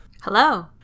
Hello